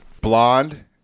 Blonde